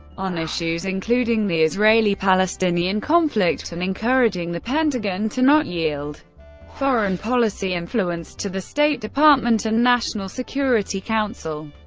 on issues including the israeli-palestinian conflict and encouraging the pentagon to not yield foreign policy influence to the state department and national security council.